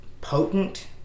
Potent